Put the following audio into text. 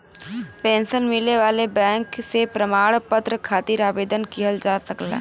pension मिले वाले bank से प्रमाण पत्र खातिर आवेदन किहल जा सकला